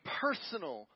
personal